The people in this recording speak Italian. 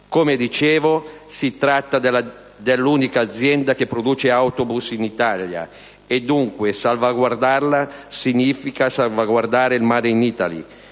Come dicevo, si tratta dell'unica azienda che produce autobus in Italia e, dunque, salvaguardarla significa salvaguardare il *made in Italy*.